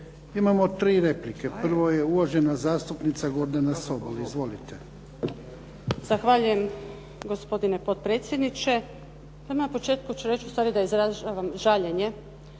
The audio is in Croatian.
Imamo 3 replike. Prvo je uvažena zastupnica Gordana Sobol. Izvolite. **Sobol, Gordana (SDP)** Zahvaljujem gospodine potpredsjedniče. Pa na početku ću reći ustvari da izražavam žaljenje